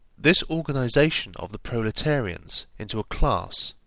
this organisation of the proletarians into a class,